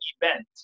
event